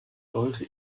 sollte